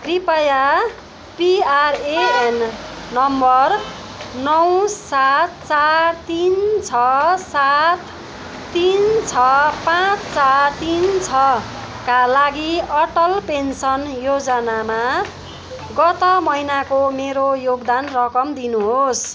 कृपया PRAN number नौ सात चार तिन छ सात तिन छ पाँच चार तिन छ का लागि अटल पेन्सन योजनामा गत महिनाको मेरो योगदान रकम दिनुहोस्